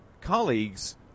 colleagues